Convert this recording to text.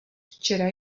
včera